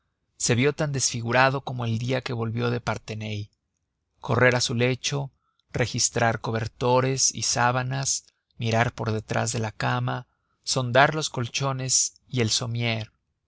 se vio tan desfigurado como el día que volvió de parthenay correr a su lecho registrar cobertores y sábanas mirar por detrás de la cama sondar los colchones y el somier